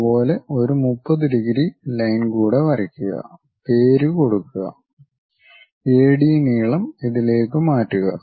അതുപോലെ ഒരു 30 degree line കൂടെ വരക്കുകപേര് കൊടുക്കുക എ ഡീ നീളം ഇതിലേക്ക് മാറ്റുക